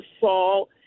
fall